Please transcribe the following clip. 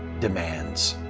demands.